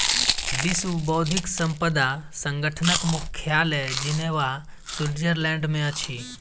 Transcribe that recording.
विश्व बौद्धिक संपदा संगठनक मुख्यालय जिनेवा, स्विट्ज़रलैंड में अछि